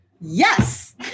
Yes